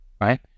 right